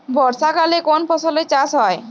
বর্ষাকালে কোন ফসলের চাষ হয়?